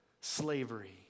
slavery